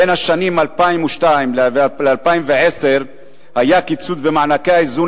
בין השנים 2002 ו-2010 היה קיצוץ במענקי האיזון